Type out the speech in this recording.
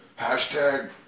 Hashtag